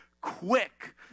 quick